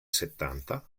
settanta